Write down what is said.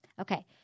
okay